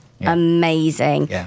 amazing